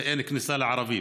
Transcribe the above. ואין כניסה לערבים.